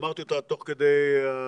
אמרתי אותה תוך כדי הדיון,